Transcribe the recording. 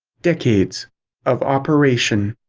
decades of operation.